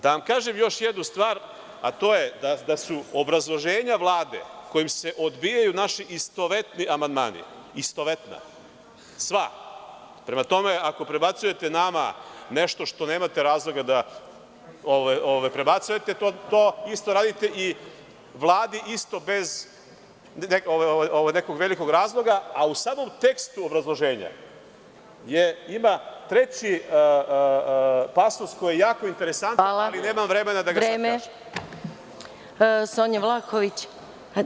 Da vam kažem još jednu stvar, a to je da su obrazloženja Vlade, kojim se odbijaju naši istovetni amandmani, istovetna sva, prema tome ako prebacujete nama nešto što nemate razloga da prebacujete, to radite isto i Vladi bez nekog velikog razloga, a u samom tekstu obrazloženja ima treći pasus koji je jako interesantan, ali nemam vremena da ga sad obrazlažem.